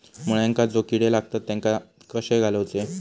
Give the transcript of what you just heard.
मुळ्यांका जो किडे लागतात तेनका कशे घालवचे?